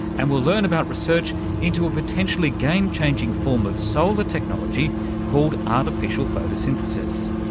and we'll learn about research into a potentially game-changing form of solar technology called artificial photosynthesis.